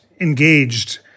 engaged